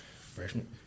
freshman